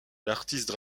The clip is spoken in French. l’artiste